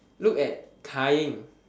look at Kai-Ying